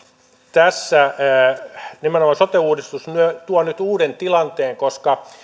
tässä nimenomaan sote uudistus tuo nyt uuden tilanteen koska